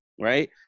right